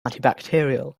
antibacterial